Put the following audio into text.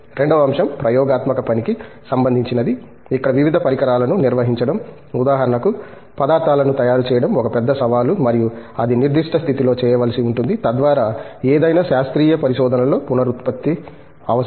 రెండవ అంశం ప్రయోగాత్మక పని కి సంబంధించినది ఇక్కడ వివిధ పరికరాలను నిర్వహించడం ఉదాహరణకు పదార్థాలను తయారు చేయడం ఒక పెద్ద సవాలు మరియు అది నిర్దిష్ట స్థితిలో చేయవలసి ఉంటుంది తద్వారా ఏదైనా శాస్త్రీయ పరిశోధనలో పునరుత్పత్తి అవసరం